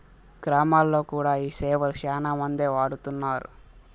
గ్రామాల్లో కూడా ఈ సేవలు శ్యానా మందే వాడుతున్నారు